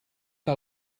que